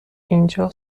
اینجا